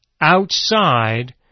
outside